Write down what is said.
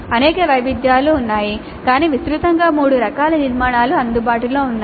అనేక వైవిధ్యాలు ఉన్నాయి కానీ విస్తృతంగా మూడు రకాల నిర్మాణాలు అందుబాటులో ఉన్నాయి